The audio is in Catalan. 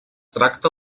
tracta